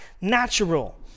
natural